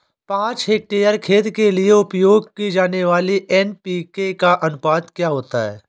पाँच हेक्टेयर खेत के लिए उपयोग की जाने वाली एन.पी.के का अनुपात क्या होता है?